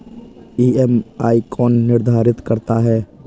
EMI कौन निर्धारित करता है?